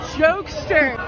jokester